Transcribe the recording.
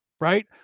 Right